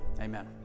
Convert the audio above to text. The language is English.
Amen